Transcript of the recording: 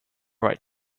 right